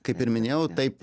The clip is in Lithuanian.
kaip ir minėjau taip